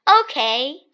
Okay